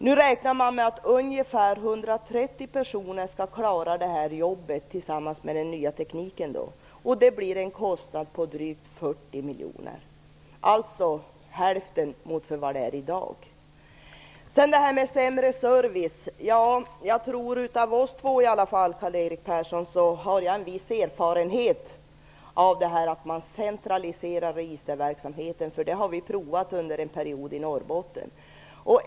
Nu räknar man med att ungefär 130 personer skall klara det här jobbet med den nya tekniken, och det blir en kostnad på drygt 40 miljoner kronor. Det är alltså hälften jämfört med i dag. Karl-Erik Persson talar om sämre service. Jag tror att jag är den av oss två som har någon erfarenhet av att centralisera registerverksamheten. Vi har provat det under en period i Norrbotten.